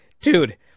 dude